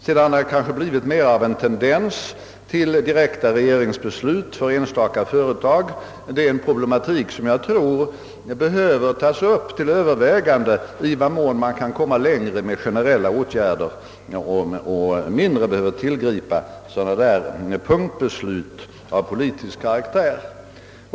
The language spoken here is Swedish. Sedan har det kanske blivit en tendens att använda dem genom direkta regeringsbeslut för enstaka företag. En problematik som jag tror behöver tas upp till övervägande är i vad mån man kan komma längre med generella åtgärder och mindre behöver tillgripa sådana punktbeslut av politisk karaktär.